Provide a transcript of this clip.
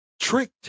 tricked